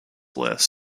list